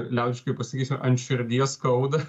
liaudiškai pasakysiu ant širdies skauda